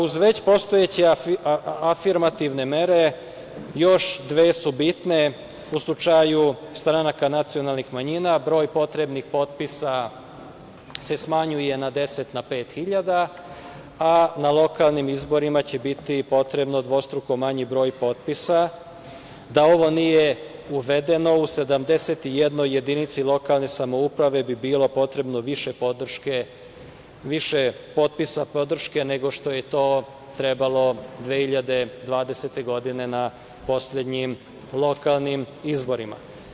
Uz već postojeće afirmativne mere, još dve su bitne u slučaju stranaka nacionalnih manjina, broj potrebnih potpisa se smanjuje sa 10 na 5 hiljada, a na lokalnim izborima će biti potrebno dvostruko manji broj potpisa, da ovo nije uvedeno u 71 jedinici lokalne samouprave, bi bilo potrebno više podrške, više potpisa podrške, nego što je to trebalo 2020. godine na poslednjim lokalnim izborima.